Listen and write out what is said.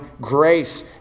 grace